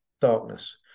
darkness